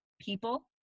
people